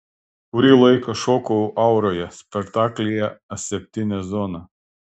kurį laiką šokau auroje spektaklyje aseptinė zona